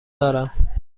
دارم